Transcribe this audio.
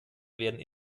werden